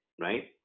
right